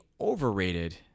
overrated